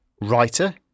Writer